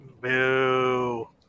Boo